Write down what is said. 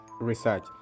research